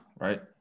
right